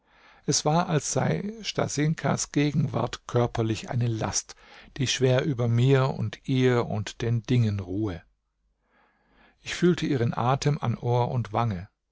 es war als sei stasinkas gegenwart körperlich eine last die schwer über mir und ihr und den dingen ruhe ich fühlte ihren atem an ohr und wange